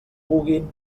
puguin